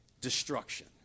destruction